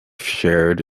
shared